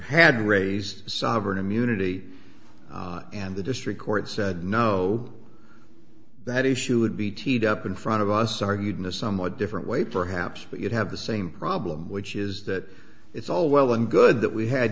had raised sovereign immunity and the district court said no that issue would be teed up in front of us argued in a somewhat different way perhaps but you'd have the same problem which is that it's all well and good that we had